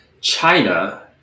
China